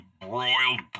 broiled